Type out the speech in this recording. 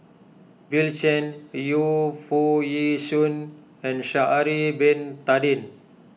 Bill Chen Yu Foo Yee Shoon and Sha'ari Bin Tadin